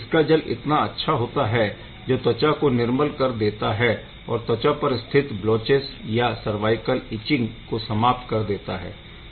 इसका जल इतना अच्छा होता है जो त्वचा को निर्मल कर देता है और त्वचा पर स्थित ब्लोचेस या सर्वाइकल इचिंग को समाप्त कर देता है